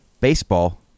baseball